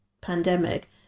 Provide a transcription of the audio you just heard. pandemic